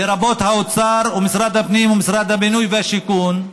לרבות האוצר, משרד הפנים ומשרד הבינוי והשיכון,